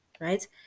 right